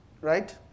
right